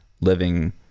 living